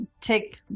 Take